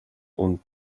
und